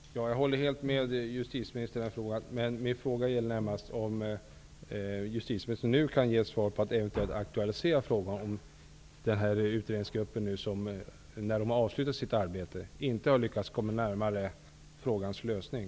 Fru talman! Jag håller helt och hållet med justitieministern. Men min fråga gällde närmast om justitieministern nu kan svara på om en ny utredning kommer att aktualiseras om den nuvarande utredningen, när den har avslutat sitt arbete, inte kommer fram till en lösning?